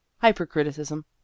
Hypercriticism